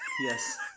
Yes